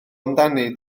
amdani